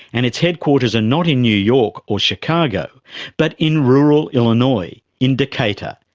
and its headquarters are not in new york or chicago but in rural illinois, in decatur.